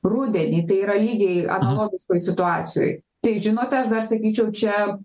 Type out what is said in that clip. rudenį tai yra lygiai analogiškoj situacijoj tai žinote aš dar sakyčiau čia